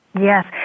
Yes